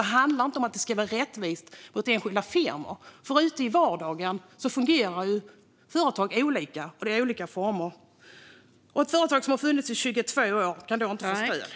Det handlar inte om att det ska vara rättvist gentemot enskilda firmor. Ute i verkligheten fungerar ju företag olika och har olika former. Det finns ett företag som har funnits i 22 år som nu inte kan få stöd.